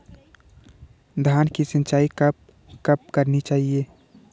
धान की सिंचाईं कब कब करनी चाहिये?